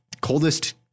coldest